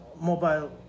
mobile